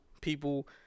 People